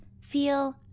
feel